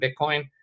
Bitcoin